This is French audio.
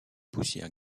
poussière